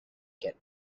get